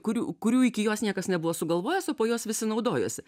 kurių kurių iki jos niekas nebuvo sugalvojęs o po jos visi naudojosi